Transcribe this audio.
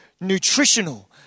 nutritional